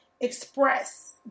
express